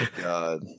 God